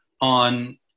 on